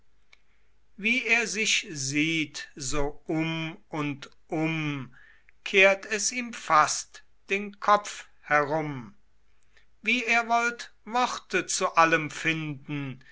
wie er sich sieht so um und um kehrt es ihm fast den kopf herum wie er wollt worte zu allem finden